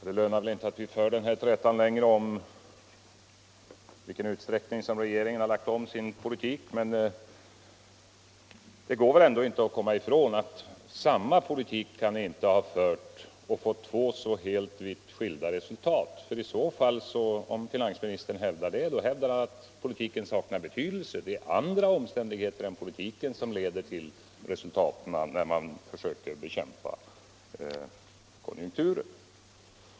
Fru talman! Det lönar sig väl inte att vi för trätan längre om i vilken utsträckning regeringen lagt om sin politik. Men det går inte att komma ifrån att ni inte kan ha fört samma politik och fått två så vitt skilda resultat, Om finansministern hävdar det, så hävdar han att politiken saknar betydelse och att det är andra omständigheter som leder till resultaten då man försöker bekämpa konjunkturen.